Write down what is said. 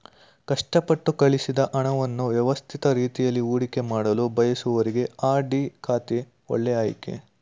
ಕಷ್ಟಪಟ್ಟು ಗಳಿಸಿದ ಹಣವನ್ನು ವ್ಯವಸ್ಥಿತ ರೀತಿಯಲ್ಲಿ ಹೂಡಿಕೆಮಾಡಲು ಬಯಸುವವರಿಗೆ ಆರ್.ಡಿ ಖಾತೆ ಒಳ್ಳೆ ಆಯ್ಕೆ